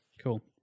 Cool